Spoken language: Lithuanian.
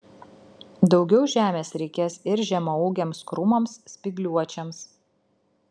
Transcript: daugiau žemės reikės ir žemaūgiams krūmams spygliuočiams